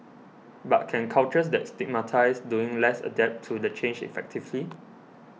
but can cultures that stigmatise doing less adapt to the change effectively